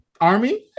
Army